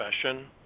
profession